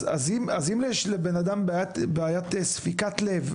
אז אם יש לאדם בעיית ספיקת לב,